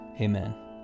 Amen